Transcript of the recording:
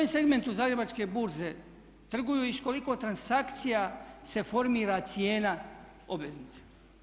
Na kojem segmentu Zagrebačke burze trguju i s koliko transakcija se formira cijena obveznica.